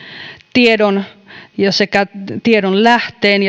tiedon ja sekä tiedon lähteen